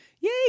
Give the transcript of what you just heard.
yay